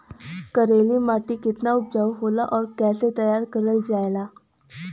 करेली माटी कितना उपजाऊ होला और कैसे तैयार करल जाला?